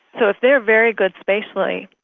so if they're very good spatially,